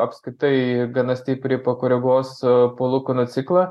apskritai gana stipriai pakoreguos palūkanų ciklą